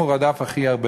אותם הוא רדף הכי הרבה.